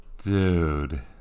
Dude